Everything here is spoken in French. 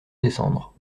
descendre